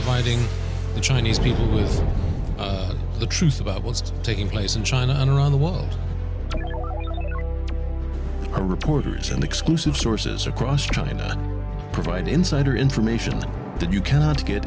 fighting the chinese people is the truth about what's taking place in china and around the world are reporters and exclusive sources across china provide insider information that you cannot get